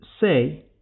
say